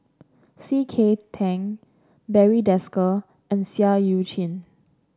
C K Tang Barry Desker and Seah Eu Chin